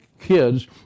kids